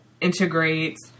integrates